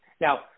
Now